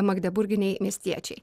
magdeburginiai miestiečiai